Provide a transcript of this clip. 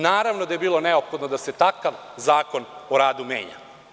Naravno da je bilo neophodno da se takav Zakon o radu menja.